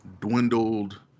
dwindled